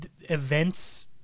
events